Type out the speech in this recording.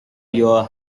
your